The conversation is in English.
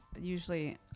usually